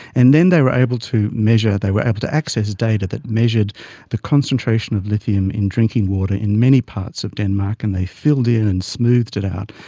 and then they were able to measure, they were able to access data that measured the concentration of lithium in drinking water in many parts of denmark, and they filled in and smoothed it out.